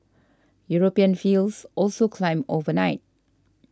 European fields also climbed overnight